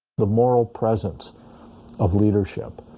the moral presence of leadership